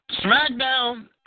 SmackDown